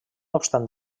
obstant